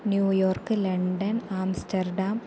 New York London Amsterdam